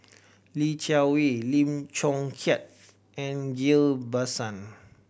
Li Jiawei Lim Chong Keat and Ghillie Basan